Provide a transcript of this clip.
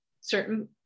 certain